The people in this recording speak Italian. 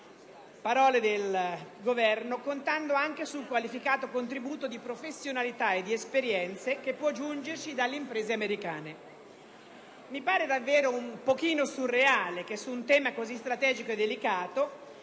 parole del Governo - contando anche sul qualificato contributo di professionalità e di esperienze che può giungerci dalle imprese americane. Mi pare alquanto surreale che su un tema così strategico e delicato